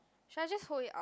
should I just hold it up